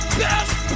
best